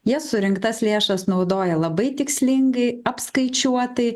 jie surinktas lėšas naudoja labai tikslingai apskaičiuotai